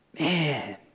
Man